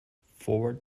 forward